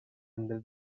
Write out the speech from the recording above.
under